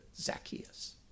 Zacchaeus